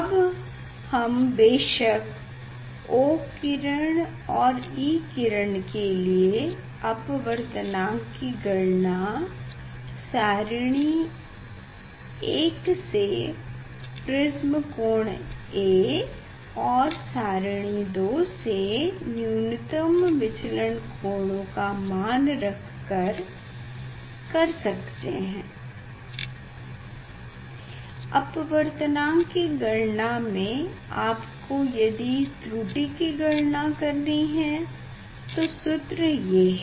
अब हम बेशक O किरण और E किरणों के लिए अपवर्तनांक की गणना सारिणी 1 से प्रिस्म कोण A और सारिणी 2 से न्यूनतम विचलन कोणों का मान रख कर कर सकते है अपवर्तनांक के गणना में आपको यदि त्रुटि की गणना करनी है तो सूत्र ये है